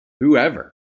whoever